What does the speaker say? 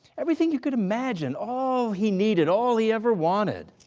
everything you could imagine, all he needed, all he ever wanted.